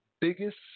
biggest